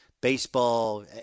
baseball